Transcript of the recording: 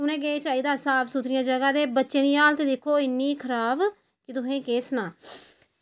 उनें केह् चाहिदा साफ सुथरी जगह ते बच्चें दी हालत दिक्खो इन्नी खराब ते तुसें गी केह् सनांऽ